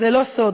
זה לא סוד,